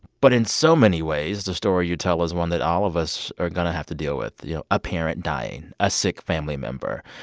but in so many ways, the story you tell is one that all of us are going to have to deal with, you know, a parent dying, a sick family member,